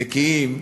נקיים,